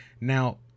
Now